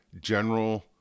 general